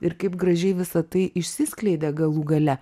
ir kaip gražiai visa tai išsiskleidė galų gale